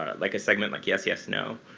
ah like a segment like yes yes no?